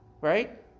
right